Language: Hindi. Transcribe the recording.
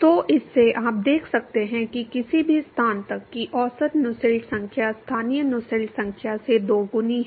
तो इससे आप देख सकते हैं कि किसी भी स्थान तक की औसत नुसेल्ट संख्या स्थानीय नुसेल्ट संख्या से दोगुनी है